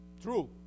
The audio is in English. true